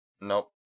Nope